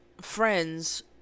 friends